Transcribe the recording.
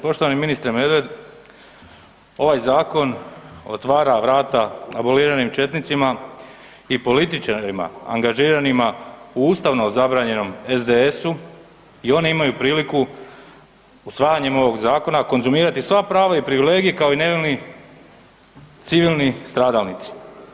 Poštovani ministre Medved, ovaj zakon otvara vrata aboliranim četnicima i političarima angažiranima u ustavno zabranjenom SDSS-u i oni imaju priliku usvajanjem ovog zakona konzumirati sva prava i privilegije kao i nevini civilni stradalnici.